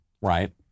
right